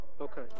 Okay